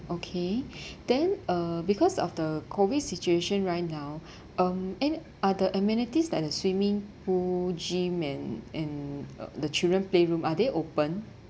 okay then uh because of the COVID situation right now um and are the amenities like the swimming pool gym and and uh the children playroom are they open